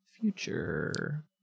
future